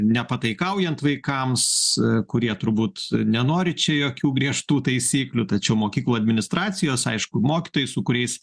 nepataikaujant vaikams kurie turbūt nenori čia jokių griežtų taisyklių tačiau mokyklų administracijos aišku mokytojai su kuriais